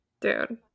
Dude